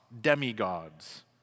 demigods